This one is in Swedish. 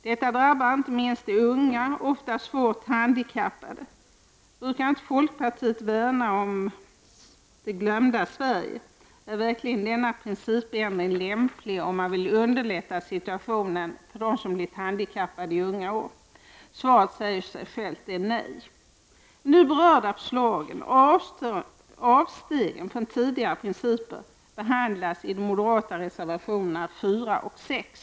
Detta drabbar inte minst de unga, ofta svårt handikappade. Brukar inte folkpartiet värna om det glömda Sverige? Är verkligen denna principändring lämplig om man vill underlätta situationen för dem som blivit handikappade i unga år? Svaret säger sig självt. Det är nej. De nu berörda förslagen — och avstegen från tidigare principer — behandlas i de moderata reservationerna 4 och 6.